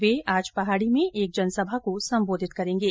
वे आज पहाडी में एक जनसभा को सम्बोधित करेंगे